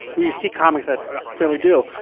you see comics that clearly do.